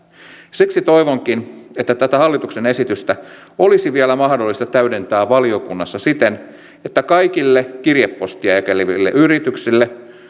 siksi toivonkin että tätä hallituksen esitystä olisi vielä mahdollista täydentää valiokunnassa siten että kaikille kirjepostia jakeleville yrityksille